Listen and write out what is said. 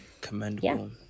commendable